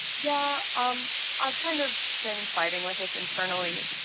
yeah, um i've kind of been fighting with this internally.